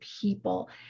people